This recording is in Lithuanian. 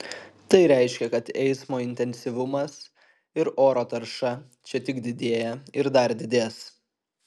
tai reiškia kad eismo intensyvumas ir oro tarša čia tik didėja ir dar didės